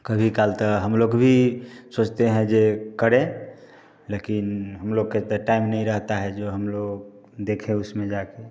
कभी काल तो हम लोग भी सोचते हैं जे करें लेकिन हम लोग के तो टैम नहीं रहता है जो हम लोग देखें उसमें जाके